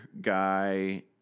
guy